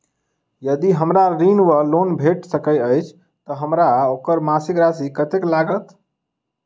यदि हमरा ऋण वा लोन भेट सकैत अछि तऽ हमरा ओकर मासिक राशि कत्तेक लागत?